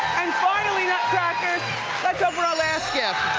and finally nutcrackers, let's open our last gift.